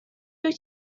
wyt